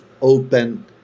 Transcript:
open